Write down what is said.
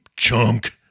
chunk